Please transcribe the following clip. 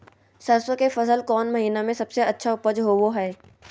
सरसों के फसल कौन महीना में सबसे अच्छा उपज होबो हय?